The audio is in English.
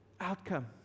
outcome